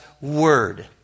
word